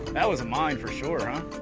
that was a mine, for sure, huh?